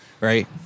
right